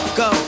go